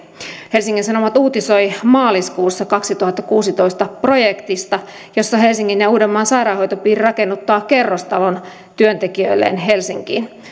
helsingin sanomat uutisoi maaliskuussa kaksituhattakuusitoista projektista jossa helsingin ja uudenmaan sairaanhoitopiiri rakennuttaa kerrostalon työntekijöilleen helsinkiin